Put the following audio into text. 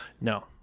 no